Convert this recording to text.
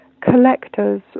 collectors